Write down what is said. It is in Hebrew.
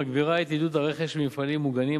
מגבירה את עידוד הרכש ממפעלים מוגנים,